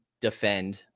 defend